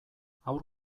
haur